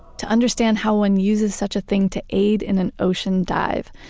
to understand how one uses such a thing to aid in an ocean dive.